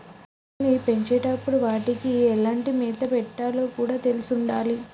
పశువుల్ని పెంచేటప్పుడు వాటికీ ఎసొంటి మేత పెట్టాలో కూడా తెలిసుండాలి